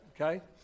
okay